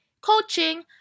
coaching